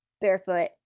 barefoot